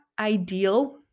ideal